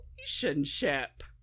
relationship